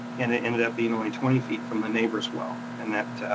and it ended up being only twenty feet from the neighbor's well. and that,